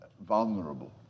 vulnerable